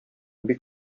бик